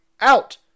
out